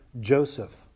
Joseph